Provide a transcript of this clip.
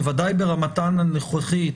בוודאי ברמתן הנוכחית,